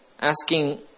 asking